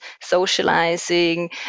socializing